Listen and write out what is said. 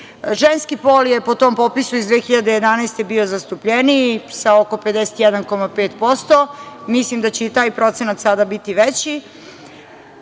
pol je po tom popisu iz 2011. godine, bio zastupljeniji, sa oko 51,5%. Mislim da će i taj procenat sada biti veći,